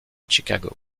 chicago